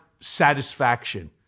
satisfaction